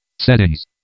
Settings